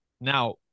Now